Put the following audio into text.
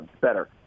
better